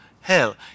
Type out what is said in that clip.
hell